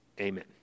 Amen